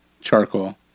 charcoal